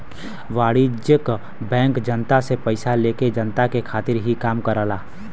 वाणिज्यिक बैंक जनता से पइसा लेके जनता के खातिर ही काम करला